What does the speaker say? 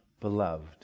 beloved